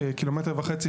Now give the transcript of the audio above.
מאמץ סביר להשיגו,